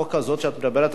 שאת מדברת עליה,